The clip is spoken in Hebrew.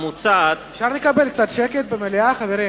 אפשר לקבל קצת שקט במליאה, חברים?